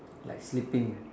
like sleeping